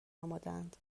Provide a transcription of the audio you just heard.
آمادهاند